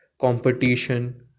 competition